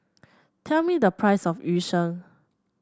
tell me the price of Yu Sheng